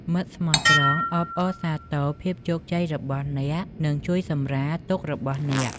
មិត្តស្មោះត្រង់អបអរសាទរភាពជោគជ័យរបស់អ្នក និងជួយសម្រាលទុក្ខរបស់អ្នក។